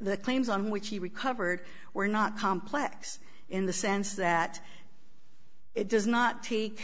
the claims on which he recovered were not complex in the sense that it does not take